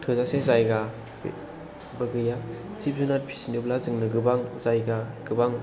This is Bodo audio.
थोजासे जायगाबो गैया जिब जुनार फिसिनोब्ला जोंनो गोबां जायगा गोबां